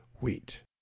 wheat